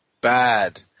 bad